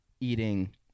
eating